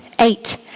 Eight